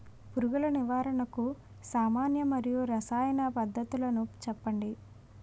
పురుగుల నివారణకు సామాన్య మరియు రసాయన పద్దతులను చెప్పండి?